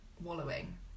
wallowing